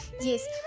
Yes